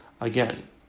again